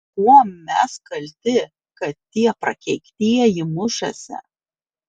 kuom mes kalti kad tie prakeiktieji mušasi